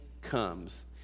Comes